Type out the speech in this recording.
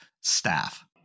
staff